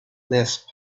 lisp